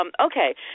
okay